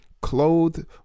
clothed